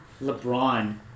LeBron